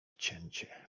cięcie